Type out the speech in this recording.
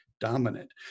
dominant